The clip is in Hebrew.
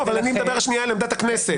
אבל אני מדבר על עמדת הכנסת.